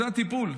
זה הטיפול.